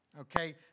Okay